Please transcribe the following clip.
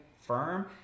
firm